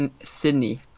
Sydney